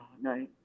no